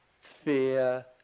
fear